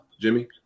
Jimmy